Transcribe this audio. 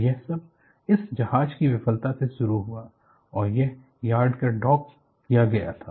और यह सब इस जहाज की विफलता से शुरू हुआ और यह यार्ड में डॉक किया गया था